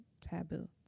taboo